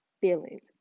feelings